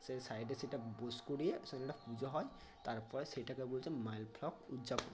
সেই সাইডে সেটা বোস করিয়ে সেখানে একটা পুজো হয় তারপরে সেইটাকে বলছে মাইল ফলক উদযাপন